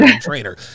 trainer